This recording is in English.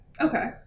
Okay